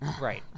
right